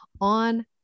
on